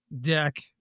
deck